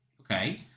Okay